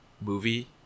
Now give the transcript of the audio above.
movie